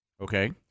Okay